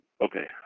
okay